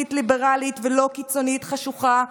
לאומית ליברלית ולא קיצונית חשוכה,